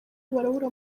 barabura